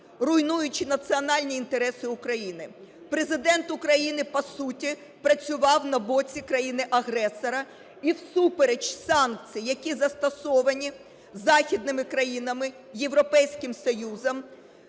руйнуючи національні інтереси України. Президент України, по суті, працював на боці країни-агресора і всупереч санкцій, які застосовані західними країнами, Європейським Союзом,